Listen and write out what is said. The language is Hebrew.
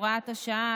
הוראת שעה),